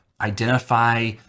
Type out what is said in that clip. identify